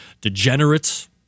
degenerates